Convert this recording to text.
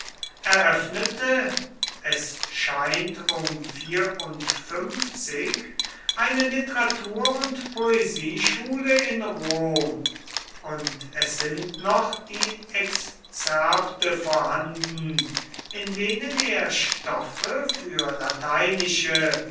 eröffnete es scheint um eine literatur und poesieschule in rom und es sind noch die exzerpte vorhanden in denen er stoffe für lateinische